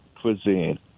cuisine